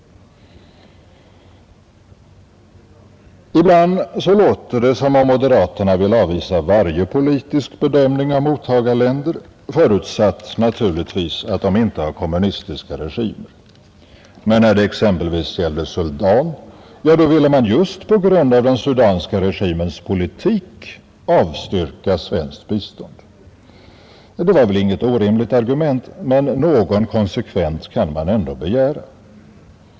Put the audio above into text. Ibland låter det som om moderaterna vill avvisa varje politisk bedömning av mottagarländer, förutsatt naturligtvis att de inte har kommunistiska regimer. Men när det exempelvis gällde Sudan ville man just på grund av den sudanska regimens politik avstyrka svenskt bistånd. Det var väl inget orimligt argument, men någon konsekvens kan man ändå begära.